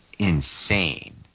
Insane